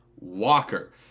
Walker